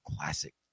classic